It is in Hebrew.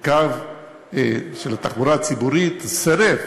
בקו של התחבורה הציבורית סירב